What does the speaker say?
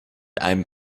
einem